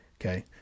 Okay